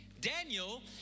Daniel